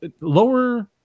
lower